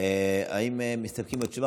האם מסתפקים בתשובה,